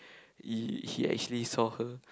he he actually saw her